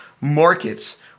markets